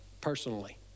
personally